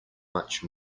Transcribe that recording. much